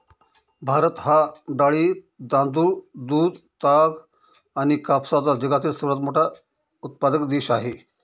भारत हा डाळी, तांदूळ, दूध, ताग आणि कापसाचा जगातील सर्वात मोठा उत्पादक देश आहे